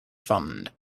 fund